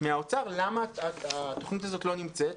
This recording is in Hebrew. מן האוצר למה התוכנית הזאת לא נמצאת.